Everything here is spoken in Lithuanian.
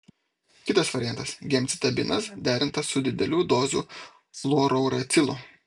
kitas variantas gemcitabinas derintas su didelių dozių fluorouracilu